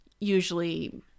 usually